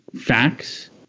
facts